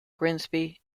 grimsby